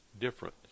different